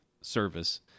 service